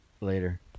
Later